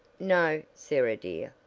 no, sarah dear.